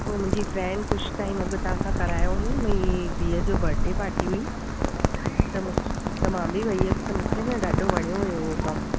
उहो मुंहिंजी फ्रेंड कुझु टाइम अॻ तव्हांखां करायो हुयंई उनजी धीअ जो बर्डे पार्टी हुई त मूं त मां बि वई हुयसि त मूंखे बि ॾाढो वणियो हुयो कमु